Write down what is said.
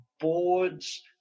boards